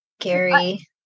Gary